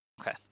Okay